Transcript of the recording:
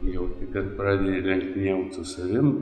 jo bet praviri jiem su savim